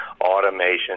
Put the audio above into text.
automation